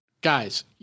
guys